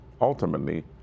Ultimately